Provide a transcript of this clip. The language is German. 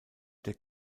der